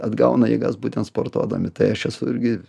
atgauna jėgas būtent sportuodami tai aš esu irgi